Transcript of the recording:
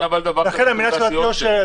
לכן המילה "תעודת יושר"